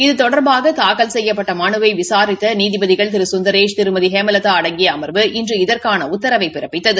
இது தொடர்பாக தாக்கல் செய்யப்பட்ட மனுவினை விசாரித்த நீதிபதிகள் திரு சுந்தரேஷ் திருமதி ஹேமலாதா அடங்கிய அமா்வு இன்று இதற்கான உத்தரவினை பிறப்பித்தது